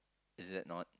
is that not